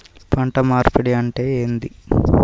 పంట మార్పిడి అంటే ఏంది?